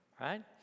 Right